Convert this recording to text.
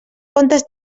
contes